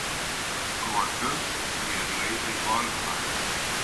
pas kruopius jie žaidė golfą